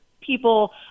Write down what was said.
people